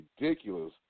ridiculous